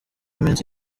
iminsi